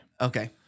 Okay